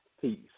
Peace